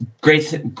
great